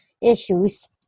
issues